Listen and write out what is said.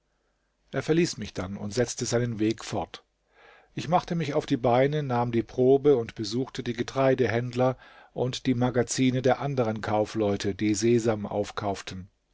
er verließ mich dann und setzte seinen weg fort ich machte mich auf die beine nahm die probe und besuchte die getreidehändler und die magazine der anderen kaufleute die sesam aufkauften